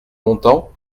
longtemps